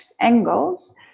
angles